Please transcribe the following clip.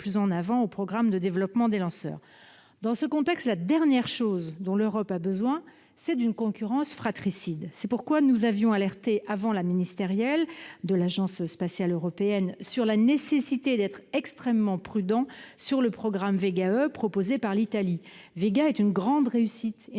plus avant au programme de développement des lanceurs. Dans ce contexte, la dernière chose dont l'Europe a besoin est d'une concurrence fratricide. C'est pourquoi nous avions alerté, avant la conférence ministérielle de l'Agence spatiale européenne, sur la nécessité d'être extrêmement prudents sur le programme Vega E, proposé par l'Italie Vega est une grande réussite,